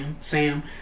Sam